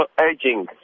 urging